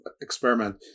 experiment